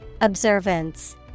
Observance